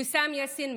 ויסאם יאסין מטמרה,